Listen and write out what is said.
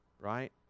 right